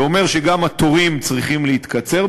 זה אומר שגם התורים בסניפים צריכים להתקצר,